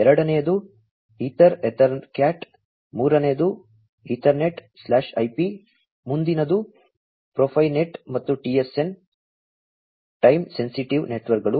ಎರಡನೆಯದು ether ethercat ಮೂರನೆಯದು ethernet IP ಮುಂದಿನದು ಪ್ರೊಫೈನೆಟ್ ಮತ್ತು TSN ಟೈಮ್ ಸೆನ್ಸಿಟಿವ್ ನೆಟ್ವರ್ಕ್ಗಳು